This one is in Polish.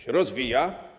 się rozwija.